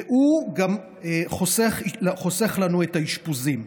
והוא גם חוסך לנו את האשפוזים.